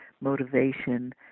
motivation